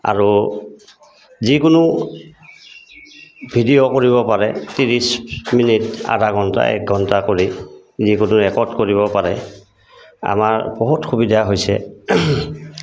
আৰু যিকোনো ভিডিঅ' কৰিব পাৰে ত্ৰিছ মিনিট আধা ঘণ্টা এক ঘণ্টা কৰি যিকোনো ৰেকৰ্ড কৰিব পাৰে আমাৰ বহুত সুবিধা হৈছে